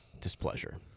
displeasure